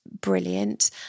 brilliant